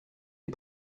les